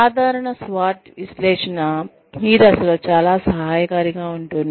సాధారణ SWOT విశ్లేషణ ఈ దశలో చాలా సహాయకారిగా ఉంటుంది